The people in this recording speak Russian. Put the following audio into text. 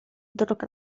вдруг